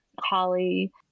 Holly